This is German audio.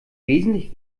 wesentlich